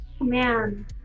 Man